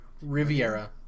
Riviera